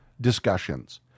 discussions